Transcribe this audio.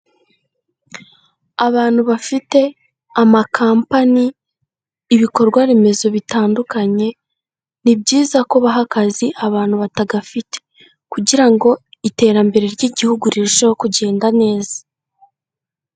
Abantu bafite amakampani, ibikorwaremezo bitandukanye, ni byiza ko baha akazi abantu batagafite kugira ngo iterambere ry'igihugu rirusheho kugenda neza.